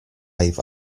live